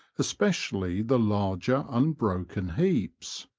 especially the larger unbroken heaps.